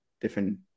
different